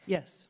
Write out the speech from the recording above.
Yes